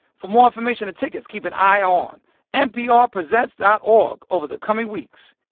for more information and tickets, keep an eye on nprpresents dot org over the coming weeks